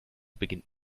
beginnt